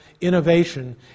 innovation